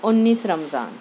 انیس رمضان